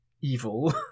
Evil